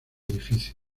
edificio